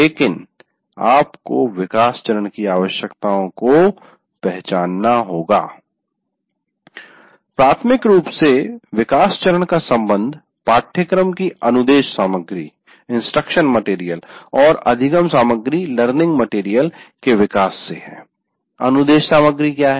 लेकिन आपको विकास चरण की आवश्यकताओं को पहचानना होगा प्राथमिक रूप से विकास चरण का संबंध पाठ्यक्रम की अनुदेश सामग्री और अधिगम सामग्री के विकास से है अनुदेश सामग्री क्या है